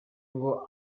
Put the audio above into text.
ngo